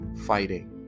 fighting